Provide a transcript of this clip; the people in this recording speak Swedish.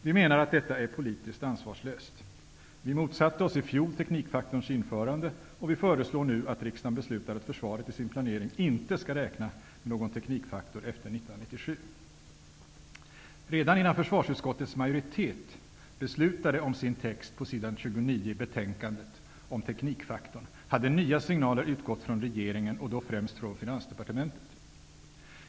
Vi menar att detta är politiskt ansvarslöst. Vi motsatte oss i fjol teknikfaktorns införande, och vi föreslår nu att riksdagen beslutar att försvaret i sin planering inte skall räkna med någon teknikfaktor efter 1997. Redan innan försvarsutskottets majoritet beslutade om sin text på s. 29 i betänkandet om teknikfaktorn hade nya signaler utgått från regeringen, och då främst från Finansdepartementet.